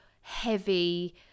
heavy